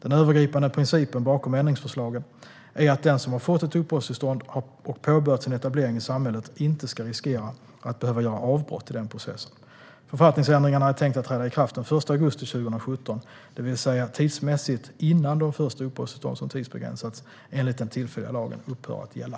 Den övergripande principen bakom ändringsförslagen är att den som har fått ett uppehållstillstånd och påbörjat sin etablering i samhället inte ska riskera att behöva göra avbrott i den processen. Författningsändringarna är tänkta att träda i kraft den 1 augusti 2017, det vill säga tidsmässigt innan de första uppehållstillstånd som tidsbegränsats enligt den tillfälliga lagen upphör att gälla.